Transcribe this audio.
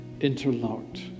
interlocked